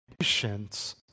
patience